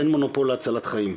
אין מונופול להצלת חיים,